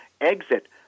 exit